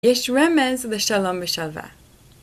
יש רמז ושלום בשלווה